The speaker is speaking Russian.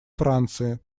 франции